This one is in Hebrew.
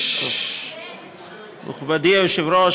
מכובדי היושב-ראש,